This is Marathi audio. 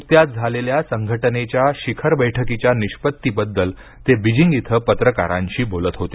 नुकत्याच झालेल्या संघटनेच्या शिखर बैठकीच्या निष्पत्ती बद्दल ते बीजिंग इथं पत्रकारांशी बोलत होते